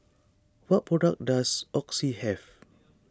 what products does Oxy have